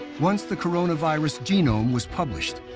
once the coronavirus genome was published,